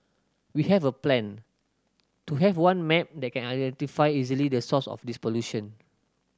we have a plan to have one map that can identify easily the source of this pollution